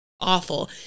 awful